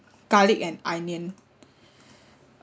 garlic and onion